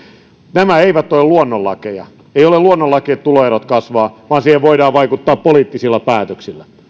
nämä eivät ole luonnonlakeja ei ole luonnonlaki että tuloerot kasvavat vaan siihen voidaan vaikuttaa poliittisilla päätöksillä